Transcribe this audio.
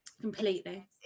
completely